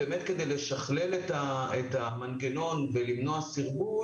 כדי לשכלל את המנגנון ולמנוע סרבול,